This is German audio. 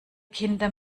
kinder